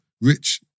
Rich